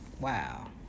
Wow